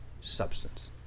substance